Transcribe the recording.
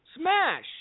Smash